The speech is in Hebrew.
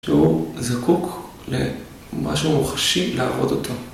שהוא זקוק למה שהוא מוחשי, לעבוד אותו.